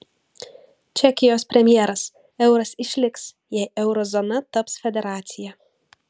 čekijos premjeras euras išliks jei euro zona taps federacija